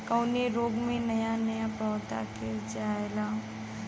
कवने रोग में नया नया पौधा गिर जयेला?